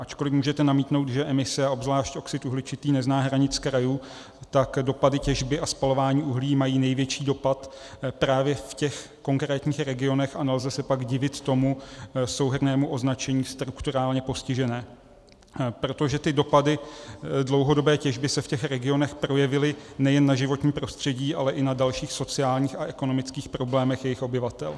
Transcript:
Ačkoliv můžete namítnout, že emise, a obzvlášť oxid uhličitý, nezná hranice krajů, tak dopady těžby a spalování uhlí mají největší dopad právě v těch konkrétních regionech, a nelze se pak divit tomu souhrnnému označení strukturálně postižené, protože dopady dlouhodobé těžby se v těch regionech projevily nejen na životním prostředí, ale i na dalších sociálních a ekonomických problémech jejich obyvatel.